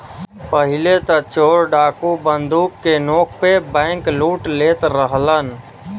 पहिले त चोर डाकू बंदूक के नोक पे बैंकलूट लेत रहलन